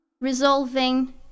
resolving